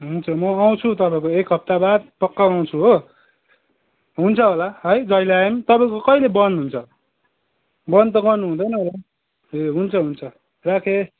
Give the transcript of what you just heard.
हुन्छ म आउँछु तपाईँको एक हप्ताबाद पक्का आउँछु हो हुन्छ होला है जहिले आए पनि तपाईँको कहिले बन्द हुन्छ बन्द त बन्द हुँदैन होला ए हुन्छ हुन्छ राखेँ